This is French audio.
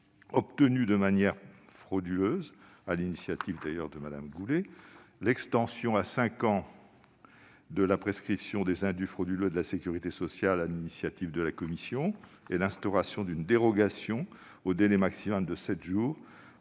obtenus de manière frauduleuse, mesure sur l'initiative de Mme Goulet ; l'extension à cinq ans de la prescription des indus frauduleux de la sécurité sociale, sur l'initiative de la commission ; l'instauration d'une dérogation au délai maximal de sept jours